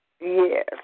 Yes